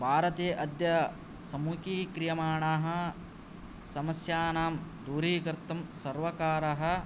भारते अद्य सम्मुखी क्रियमाणाः समस्यानां दूरीकर्तुं सर्वकारः